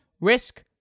risk